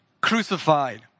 crucified